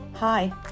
Hi